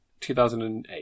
2008